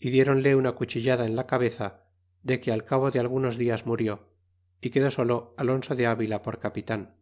y clieronle una cuchillada en la cabeza de que al cabo de algunos dias murió y quedó solo alonso de avila por capitan